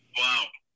wow